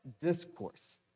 Discourse